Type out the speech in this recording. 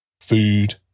food